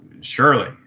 surely